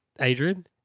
Adrian